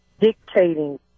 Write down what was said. dictating